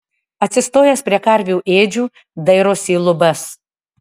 atsistojęs prie karvių ėdžių dairosi į lubas